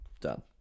Done